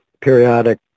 periodic